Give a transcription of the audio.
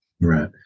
Right